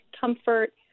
comfort